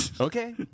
Okay